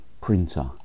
printer